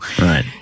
Right